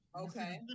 Okay